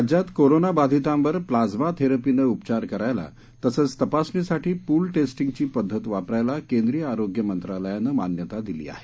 राज्यात कोरोना बाधितांवर प्लाझ्मा थेरपीनं उपचार करायला तसंच तपासणीसाठी पूल टेस्टींगची पद्धत वापरायला केंद्रीय आरोग्य मंत्रालयानं मान्यता दिली आहे